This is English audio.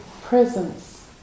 presence